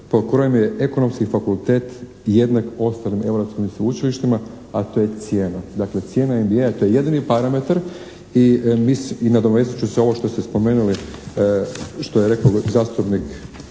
po kojem je Ekonomski fakultet jednak ostalim europskim sveučilištima, a to je cijena. Dakle, cijena …/Govornik se ne razumije./… to je jedini parametar i nadovezat ću se ovo što ste spomenuli, što je rekao zastupnik